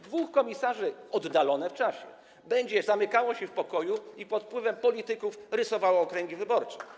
Dwóch komisarzy - oddalone w czasie - będzie zamykało się w pokoju i pod wpływem polityków rysowało okręgi wyborcze.